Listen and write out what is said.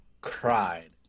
cried